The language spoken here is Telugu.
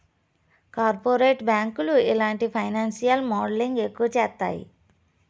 కార్పొరేట్ బ్యాంకులు ఇలాంటి ఫైనాన్సియల్ మోడలింగ్ ఎక్కువ చేత్తాయి